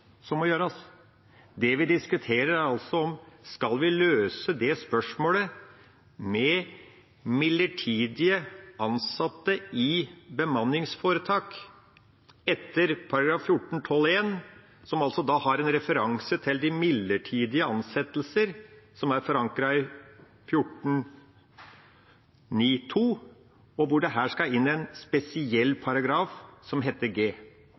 som må gjøres. Det vi diskuterer, er altså om vi skal løse det spørsmålet med midlertidig ansatte i bemanningsforetak etter § 14-12 første ledd, som altså har en referanse til midlertidige ansettelser som er forankret i § 14-9 andre ledd, og hvor det her skal inn en spesiell